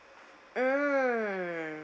mm